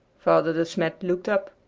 father de smet looked up.